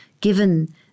given